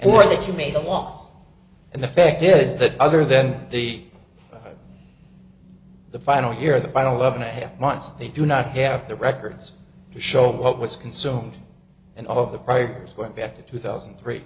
or that you made a loss and the fact is that other than the the final year of the final love and a half months they do not have the records show what was consumed and all of the price went back to two thousand and three